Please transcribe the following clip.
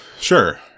sure